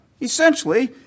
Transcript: Essentially